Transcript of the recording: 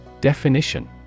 Definition